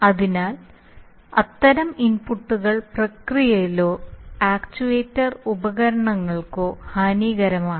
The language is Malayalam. അതിനാൽ അത്തരം ഇൻപുട്ടുകൾ പ്രക്രിയയിലോ ആക്ച്യുവേറ്റർ ഉപകരണങ്ങൾകോ ഹാനികരമാണ്